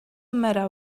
matter